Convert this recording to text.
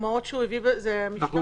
השר